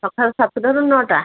ସକାଳ ସାତଟାରୁ ନଅଟା